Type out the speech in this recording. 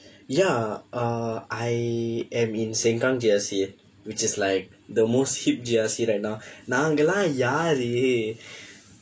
ya err I am in sengkang G_R_C which is like the most hip G_R_C right now நாங்களா யாரு:naangkalaa yaaru